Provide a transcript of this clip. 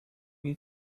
eat